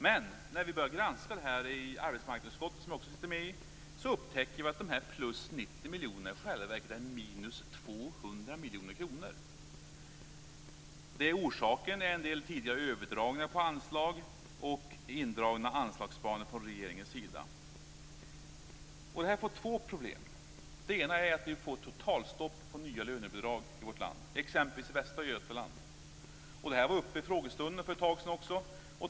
Men när vi började granska det i arbetsmarknadsutskottet, där jag också sitter, upptäckte vi att dessa plus 90 miljoner i själva verket är minus 200 miljoner kronor. Orsaken är en del tidigare överdragningar på anslag och indragna anslagsplaner från regeringens sida. Det här ger två problem. Det ena är att vi får totalstopp på nya lönebidrag i vårt land, exempelvis i Västra Götaland. Det här var uppe vid frågestunden för en stund sedan.